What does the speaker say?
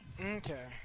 Okay